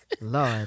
lord